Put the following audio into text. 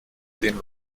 den